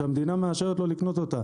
שהמדינה מאשרת לו לקנות אותה,